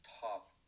top